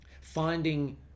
finding